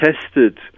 tested